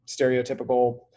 stereotypical